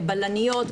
בלניות,